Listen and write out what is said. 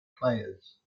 players